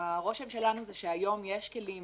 הרושם שלנו הוא שהיום יש כלים